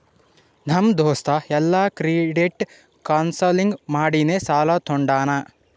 ನಮ್ ದೋಸ್ತ ಎಲ್ಲಾ ಕ್ರೆಡಿಟ್ ಕೌನ್ಸಲಿಂಗ್ ಮಾಡಿನೇ ಸಾಲಾ ತೊಂಡಾನ